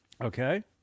okay